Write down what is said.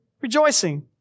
rejoicing